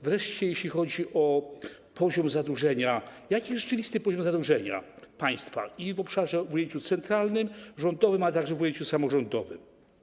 Wreszcie jeśli chodzi o poziom zadłużenia: Jaki jest rzeczywisty poziom zadłużenia państwa w ujęciu centralnym, rządowym, ale także w ujęciu samorządowym?